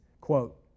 quote